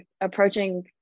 approaching